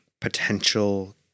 potential